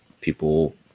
people